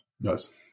Yes